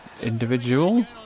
individual